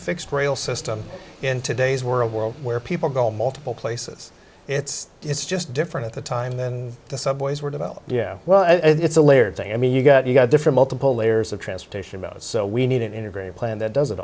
fixed rail system in today's world world where people go multiple places it's it's just different at the time than the subways were developed yeah well it's a layered thing i mean you've got you've got different multiple layers of transportation about it so we need an integrated plan that does